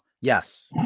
yes